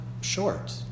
short